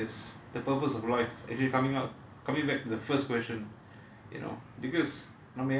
ya I'd say finding who you really are is the purpose of life actually coming out coming back to the first question